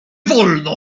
wolno